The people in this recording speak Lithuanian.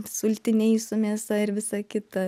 sultiniai su mėsa ir visa kita